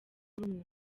rumwe